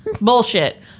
Bullshit